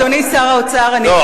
אז, אדוני שר האוצר, אני, לא.